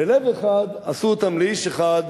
בלב אחד עשו אותם לאיש אחד,